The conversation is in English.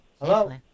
Hello